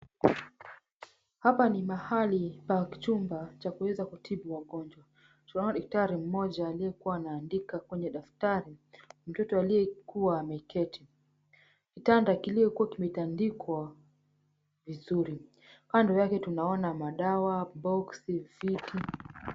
Hapa ni mahali pa chumba cha kuweza kutibu wangonjwa. Twaona daktari mmjo aliyekua anaandika kwenye daftari, mtoto aliyekua ameketi, kitanda kiliokua kimetandikwa vizuri. Kando yake tunaona madawa, boksi, viti.